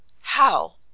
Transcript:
How